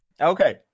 Okay